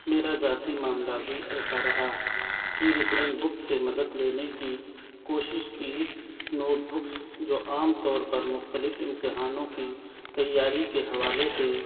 میرا ذاتی معاملہ بھی ایسا رہا کہ رفرینس بک سے مدد لینے کی کوشش کی نوٹ بکس جو عام طور پر مختلف امتحانوں کی تیاری کے حوالے سے